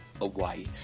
away